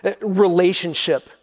relationship